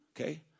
Okay